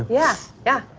yeah, yeah,